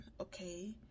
okay